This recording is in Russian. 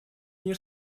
мир